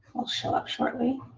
will show up shortly.